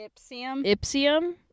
Ipsium